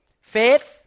Faith